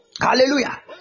Hallelujah